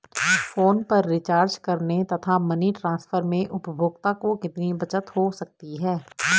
Phone पर recharge करने तथा मनी ट्रांसफर में उपभोक्ता को कितनी बचत हो सकती है?